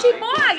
אבל יש שימוע.